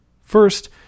First